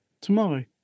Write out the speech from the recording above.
Tomorrow